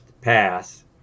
pass